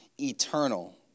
eternal